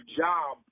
job